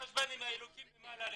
בסדר, אני אתחשבן עם האלוקים למעלה.